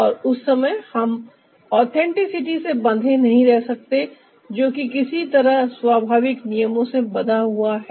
और उस समय हम ऑथेंटिसिटी से बधें नहीं रह सकते जो कि किसी तरह स्वाभाविक नियमों से बंधा हुआ है